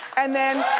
and then